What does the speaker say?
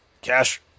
Cash